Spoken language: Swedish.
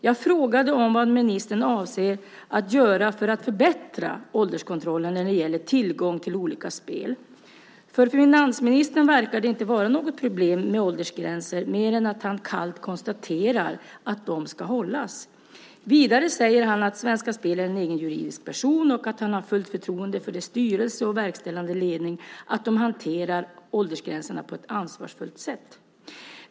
Jag frågade vad ministern avser att göra för att förbättra ålderskontrollen när det gäller tillgång till olika spel. För finansministern verkar åldersgränser inte vara något problem bortsett från att han kallt konstaterar att de ska hållas. Vidare säger han att Svenska Spel är en egen juridisk person och att han har fullt förtroende för att dess styrelse och verkställande ledning hanterar åldersgränserna på ett ansvarsfullt sätt.